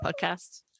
podcast